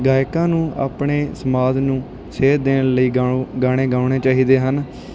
ਗਾਇਕਾਂ ਨੂੰ ਆਪਣੇ ਸਮਾਜ ਨੂੰ ਸੇਧ ਦੇਣ ਲਈ ਗੋ ਗਾਣੇ ਗਾਉਣੇ ਚਾਹੀਦੇ ਹਨ